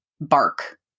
bark